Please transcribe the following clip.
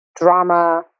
drama